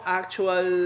actual